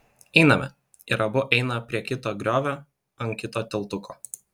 einame ir abu eina prie kito griovio ant kito tiltuko